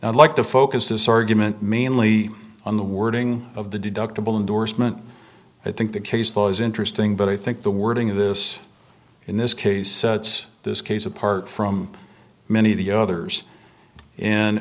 i'd like to focus this argument mainly on the wording of the deductible endorsement i think the case law is interesting but i think the wording of this in this case it's this case apart from many of the others